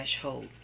threshold